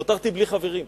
נותרתי בלי חברים.